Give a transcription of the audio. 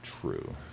True